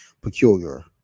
peculiar